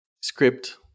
script